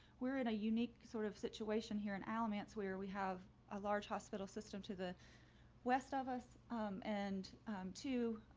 we're in a unique sort of situation here in alamance where we have a large hospital system to the west of us and to,